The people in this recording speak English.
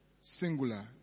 singular